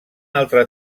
altre